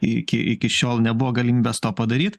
iki iki šiol nebuvo galimybės to padaryt